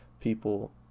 people